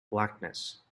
blackness